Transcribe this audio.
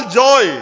joy